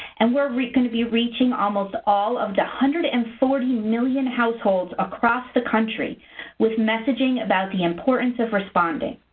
and we're going to be reaching almost all of the one hundred and forty million households across the country with messaging about the importance of responding.